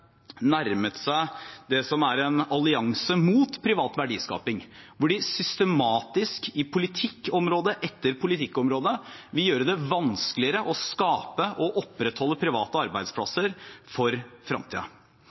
nærmet seg det som er en allianse mot privat verdiskaping, hvor de systematisk på politikkområde etter politikkområde vil gjøre det vanskeligere å skape og opprettholde private